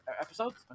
episodes